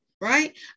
right